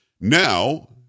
Now